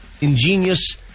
ingenious